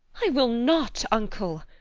i will not, uncle.